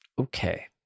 Okay